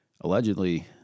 allegedly